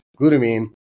glutamine